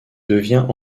devient